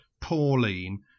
Pauline